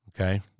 Okay